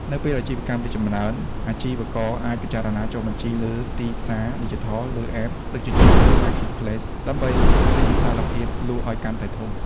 នៅពេលអាជីវកម្មរីកចម្រើន អាជីវករអាចពិចារណាចុះបញ្ជីលើ ទីផ្សារឌីជីថល លើ App ដឹកជញ្ជូន ឬ Marketplace ដើម្បីពង្រីកវិសាលភាពលក់ឱ្យកាន់តែធំ។